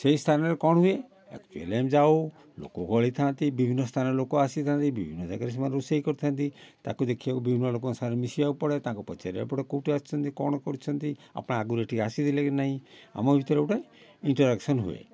ସେହି ସ୍ଥାନରେ କ'ଣ ହୁଏ ଆକଚୁଆଲି ଆମେ ଯାଉ ଲୋକ ଗହଳି ଥାଆନ୍ତି ବିଭିନ୍ନ ସ୍ଥାନ ଲୋକ ଆସିଥାନ୍ତି ବିଭିନ୍ନ ଯାଗାରେ ସେମାନେ ରୋଷେଇ କରିଥାନ୍ତି ତା'କୁ ଦେଖିବାକୁ ବିଭିନ୍ନ ଲୋକଙ୍କ ସାଙ୍ଗରେ ମିଶିବାକୁ ପଡ଼େ ତାଙ୍କୁ ପଚାରିବାକୁ ପଡ଼େ କେଉଁଠୁ ଆସିଛନ୍ତି କ'ଣ କରୁଛନ୍ତି ଆପଣ ଆଗରୁ ଏଠିକି ଆସିଥିଲେ କି ନାହିଁ ଆମ ଭିତରେ ଗୋଟାଏ ଇଣ୍ଟରଆକ୍ସନ୍ ହୁଏ ହେଲା